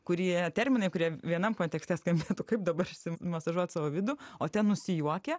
kurie terminai kurie vienam kontekste skambėtų kaip dabar išsimasažuot savo vidų o ten nusijuokia